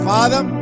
Father